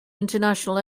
international